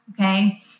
okay